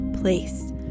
place